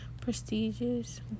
prestigious